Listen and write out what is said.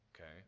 Okay